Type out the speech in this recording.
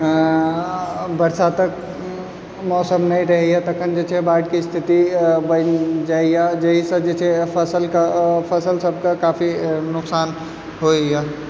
बरसातक मौसम नहि रहैए तखन जे छै बाढ़िके स्थिति बनि जाइए जाहिसँ जे से छै फसलके फसल सभके काफी नुकसान होइए